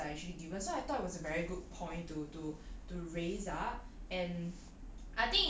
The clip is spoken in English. like all of these are actually given so I thought it was a very good point to to to raise up and